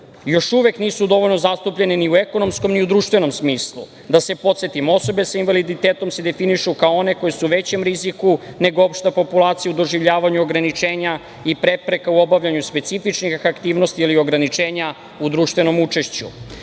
još uvek nisu dovoljno zastupljene ni u ekonomskom ni u društvenom smislu. Da se podsetimo, osobe sa invaliditetom se definišu kao one koje su u većem riziku nego opšta populacija u doživljavanju ograničenja i prepreka u obavljanju specifičnih aktivnosti ili ograničenja u društvenom